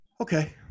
Okay